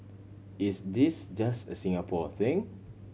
is this just a Singapore thing